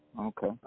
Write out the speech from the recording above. Okay